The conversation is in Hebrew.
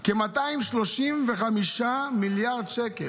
של כ-235 מיליארד שקל.